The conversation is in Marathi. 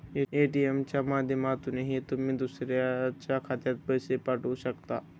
ए.टी.एम च्या माध्यमातूनही तुम्ही दुसऱ्याच्या खात्यात पैसे पाठवू शकता